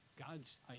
God's